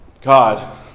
God